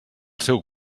seu